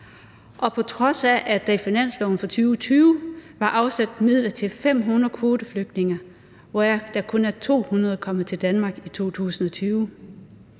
og på trods af at der i finansloven for 2020 var afsat midler til 500 kvoteflygtninge, hvoraf kun 200 er kommet til Danmark i 2020.